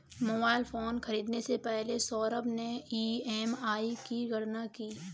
mobile phone खरीदने से पहले सौरभ ने ई.एम.आई की गणना की